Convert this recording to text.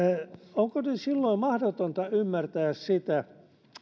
onko silloin mahdotonta ymmärtää sitä